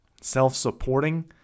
self-supporting